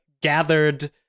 gathered